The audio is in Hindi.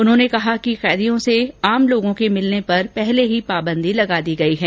उन्होंने कहा कि कैदियों से आम लोगों के मिलने पर पहले ही पाबंदी लगा दी गई है